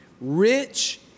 Rich